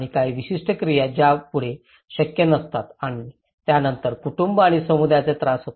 काही विशिष्ट क्रिया यापुढे शक्य नसतात आणि त्यानंतर कुटुंब आणि समुदायाचा त्रास होतो